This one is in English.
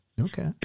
Okay